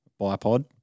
bipod